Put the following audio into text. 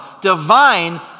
divine